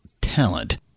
talent